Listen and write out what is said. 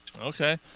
okay